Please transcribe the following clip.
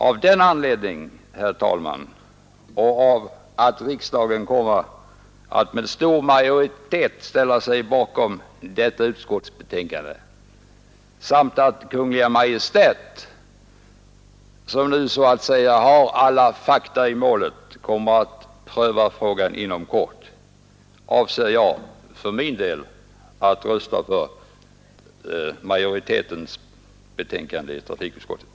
Av denna anledning, herr talman, och på grund av att riksdagen med stor majoritet kommer att ställa sig bakom hemställan i detta utskottsbetänkande samt att Kungl. Maj:t, som nu så att säga har alla fakta i målet, kommer att pröva frågan inom kort, avser jag för min del att rösta för utskottets hemställan.